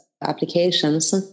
applications